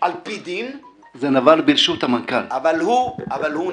על פי דין, אבל הוא נבל.